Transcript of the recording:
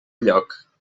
lloc